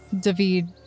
David